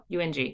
UNG